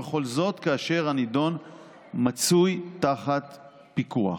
וכל זאת כאשר הנידון מצוי תחת פיקוח.